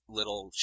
Little